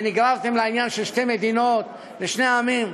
ונגררתם לעניין של שתי מדינות לשני עמים.